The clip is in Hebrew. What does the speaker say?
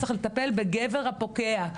צריך לטפל בגבר הפוגע,